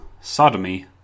sodomy